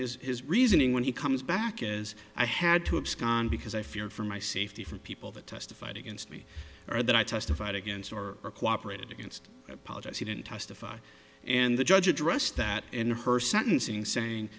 and is his reasoning when he comes back is i had to abscond because i feared for my safety for people that testified against me or that i testified against or cooperated against apologize he didn't testify and the judge addressed that in her sentencing saying